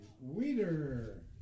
Weeder